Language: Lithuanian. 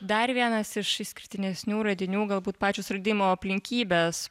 dar vienas iš išskirtinesnių radinių galbūt pačios radimo aplinkybės